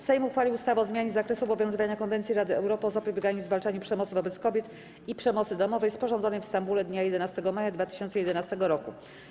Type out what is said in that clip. Sejm uchwalił ustawę o zmianie zakresu obowiązywania Konwencji Rady Europy o zapobieganiu i zwalczaniu przemocy wobec kobiet i przemocy domowej, sporządzonej w Stambule dnia 11 maja 2011 r.